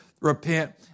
Repent